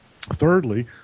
thirdly